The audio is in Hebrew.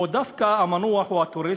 או שדווקא המנוח הוא הטרוריסט,